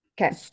okay